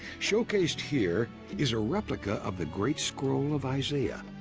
showcased here is a replica of the great scroll of isaiah,